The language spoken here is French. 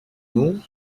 nous